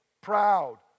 proud